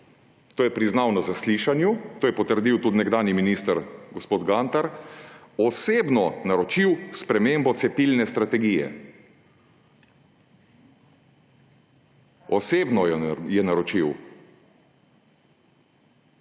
to je priznal na zaslišanju, to je potrdil tudi nekdanji minister gospod Gantar, osebno naročil spremembo cepilne strategije. Osebno je naročil.